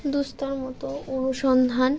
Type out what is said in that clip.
দুঃস্থর মতো অনুসন্ধান